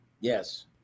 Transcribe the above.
Yes